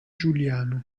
giuliano